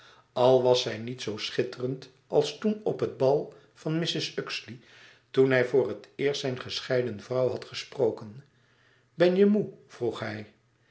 al was zij niet zoo schitterend als toen op het bal van mrs uxeley toen hij voor het eerst zijn gescheiden vrouw had weêrgezien ben je moê vroeg hij